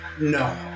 No